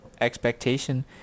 expectation